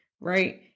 right